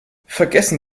vergessen